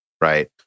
right